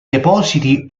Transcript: depositi